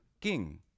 king